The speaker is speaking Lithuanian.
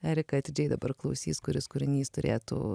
erika atidžiai dabar klausys kuris kūrinys turėtų